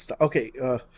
Okay